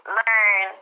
learn